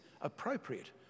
appropriate